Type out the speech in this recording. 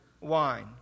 wine